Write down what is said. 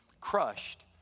crushed